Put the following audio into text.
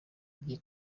bye